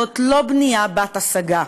זו לא בנייה בת-השגה,